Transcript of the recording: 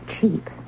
cheap